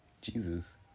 Jesus